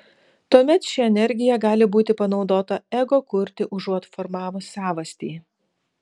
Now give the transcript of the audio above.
tuomet ši energija gali būti panaudota ego kurti užuot formavus savastį